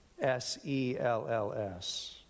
S-E-L-L-S